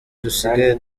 dusigaye